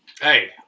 Hey